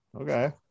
Okay